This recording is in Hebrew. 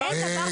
אין דבר כזה.